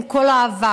עם כל האהבה,